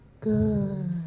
Good